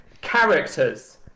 Characters